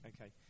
okay